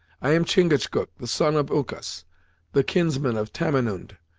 i am chingachgook the son of uncas the kinsman of tamenund.